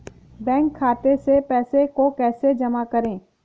Bank खाते से पैसे को कैसे जमा करें?